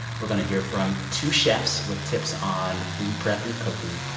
we're going to hear from two chefs with tips on food prep and cooking.